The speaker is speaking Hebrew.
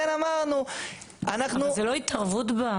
אבל זו לא התערבות?